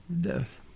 death